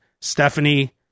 Stephanie